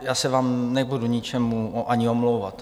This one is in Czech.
Já se vám nebudu, ničemu, ani omlouvat.